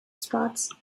spots